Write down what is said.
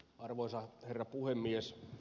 arvoisa herra puhemies